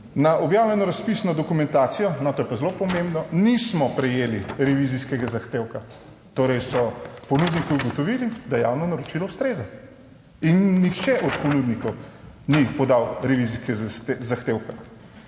Na objavljeno razpisno dokumentacijo, no, to je pa zelo pomembno, nismo prejeli revizijskega zahtevka, torej so ponudniki ugotovili, da javno naročilo ustreza in nihče od ponudnikov ni podal revizijskega zahtevka.